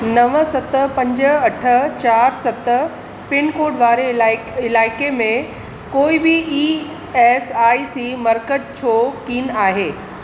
नव सत पंज अठ चारि सत पिनकोड वारे इलाइ इलाइक़े में कोई बि ई एस आई सी मर्कज़ छो कोन आहे